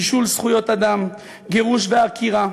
נישול זכויות אדם, גירוש ועקירה,